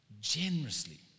Generously